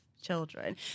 children